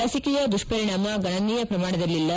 ಲಸಿಕೆಯ ದುಪ್ಪರಿಣಾಮ ಗಣನೀಯ ಪ್ರಮಾಣದಲ್ಲಿಲ್ಲ